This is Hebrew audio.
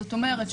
זאת אומרת,